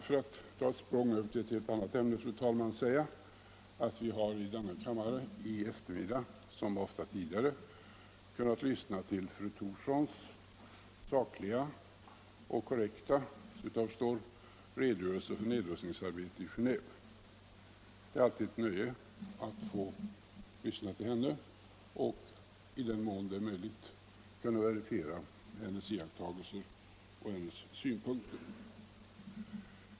För att ta ett språng över till ett helt annat ämne vill jag, fru talman, säga att vi i denna kammare i eftermiddag, som ofta tidigare, har kunnat lyssna till fru Thorssons sakliga och korrekta — såvitt jag förstår — redogörelse för nedrustningsarbetet i Genéve. Det är alltid ett nöje att få lyssna till henne och, i den mån det är möjligt, kunna verifiera hennes iakttagelser och synpunkter.